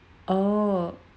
oh